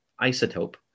isotope